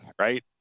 right